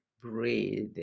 Breathe